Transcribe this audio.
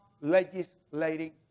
legislating